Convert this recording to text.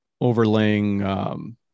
overlaying